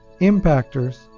impactors